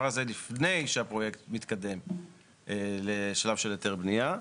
לפני שהפרויקט מתקדם לשלב של היתר בנייה.